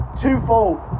twofold